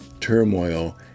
turmoil